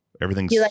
Everything's